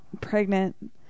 pregnant